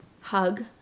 hug